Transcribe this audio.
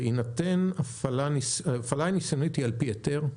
הפעלה ניסיונית היא על פי היתר?